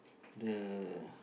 the